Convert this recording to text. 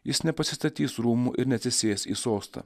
jis nepasistatys rūmų ir neatsisės į sostą